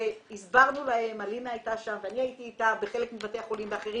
היינו אלינה ואני בחלק מבתי החולים ובאחרים